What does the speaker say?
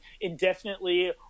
indefinitely